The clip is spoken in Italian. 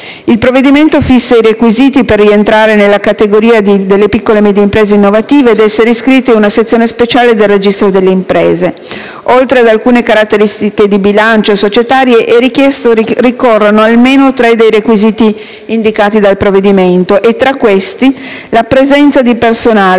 Il provvedimento fissa i requisiti per rientrare nella categoria delle piccole e medie imprese innovative ed essere iscritte in una sezione speciale del registro delle imprese. Oltre ad alcune caratteristiche di bilancio e societarie, è richiesto che ricorrano almeno due dei tre requisiti indicati e, tra questi, la presenza di personale